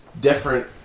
different